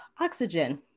oxygen